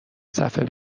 صفحه